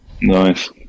Nice